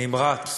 נמרץ,